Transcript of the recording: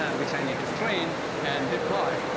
and which i need to train and deploy,